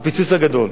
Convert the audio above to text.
הפיצוץ הגדול.